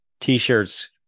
T-shirts